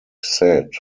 said